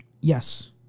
Yes